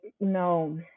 no